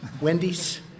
Wendy's